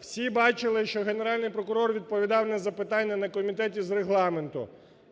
Всі бачили, що Генеральний прокурор відповідав на запитання на Комітеті з Регламенту,